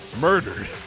murdered